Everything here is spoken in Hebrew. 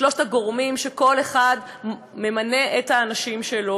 שלושת הגורמים שכל אחד ממנה את האנשים שלו,